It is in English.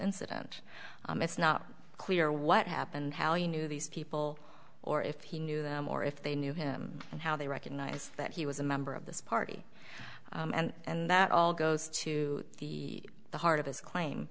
incident it's not clear what happened how you knew these people or if he knew them or if they knew him and how they recognize that he was a member of this party and that all goes to the heart of his claim